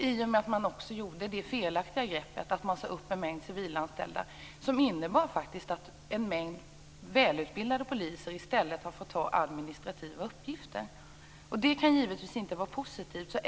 I och med att man tog det felaktiga greppet att säga upp en mängd civilanställda fick välutbildade poliser i stället ta över administrativa uppgifter. Det kan givetvis inte vara positivt.